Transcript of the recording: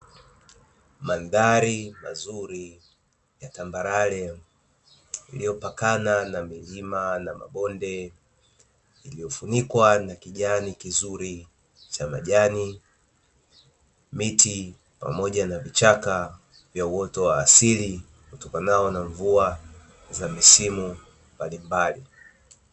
Mandhari mazuri ya tambarare iliyopakana na milima na mabonde iliyofunikwa na kijani kizuri cha majani, miti pamoja na vichaka vya uoto wa asili utokanao na mvua za misimu mbalimbali.